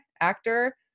actor